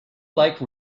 like